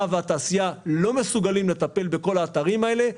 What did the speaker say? והתעשייה לא מסוגלים לטפל בכל האתרים האלה,